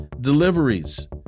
deliveries